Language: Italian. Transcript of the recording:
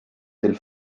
del